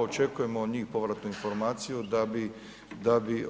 Očekujemo od njih povratnu informaciju da bi